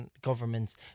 governments